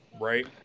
Right